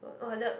for !wah! that